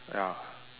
ya